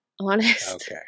Honest